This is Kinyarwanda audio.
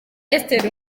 esther